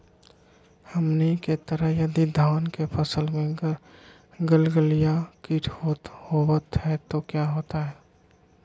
हमनी के तरह यदि धान के फसल में गलगलिया किट होबत है तो क्या होता ह?